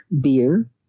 beer